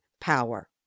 power